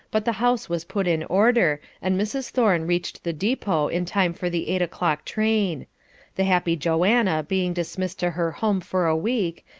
but the house was put in order, and mrs. thorne reached the depot in time for the eight o'clock train the happy joanna being dismissed to her home for a week,